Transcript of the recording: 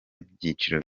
byiciro